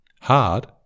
Hard